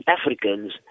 africans